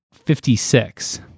56